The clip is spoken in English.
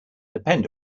depend